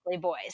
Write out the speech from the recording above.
boys